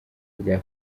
rya